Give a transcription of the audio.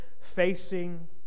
facing